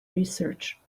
research